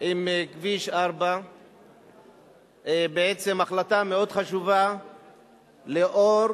עם כביש 4. זו החלטה מאוד חשובה לאור